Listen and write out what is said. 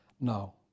No